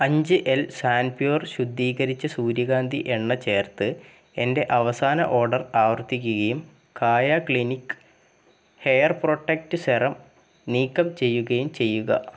അഞ്ച് L Sunpure ശുദ്ധീകരിച്ച സൂര്യകാന്തി എണ്ണ ചേർത്ത് എന്റെ അവസാന ഓർഡർ ആവർത്തിക്കുകയും Kaya clinic hair protect serum നീക്കം ചെയ്യുകയും ചെയ്യുക